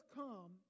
come